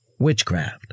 Witchcraft